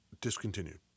Discontinued